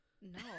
No